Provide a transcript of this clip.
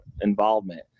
involvement